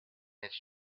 its